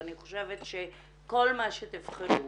ואני חושבת שכל מה שתבחרו